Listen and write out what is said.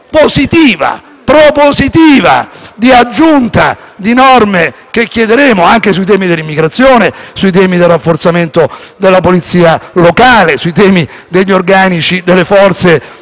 positiva e propositiva di aggiunta di norme che chiederemo anche sui temi dell'immigrazione, del rafforzamento della polizia locale, degli organici delle Forze